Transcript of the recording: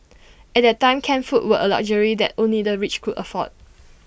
at that time canned foods were A luxury that only the rich could afford